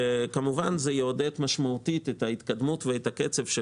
כמובן שזה יעודד משמעותית את ההתקדמות ואת הקצב של